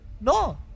No